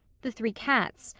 the three cats,